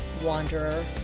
Wanderer